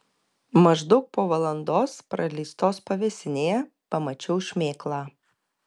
maždaug po valandos praleistos pavėsinėje pamačiau šmėklą